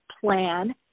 plan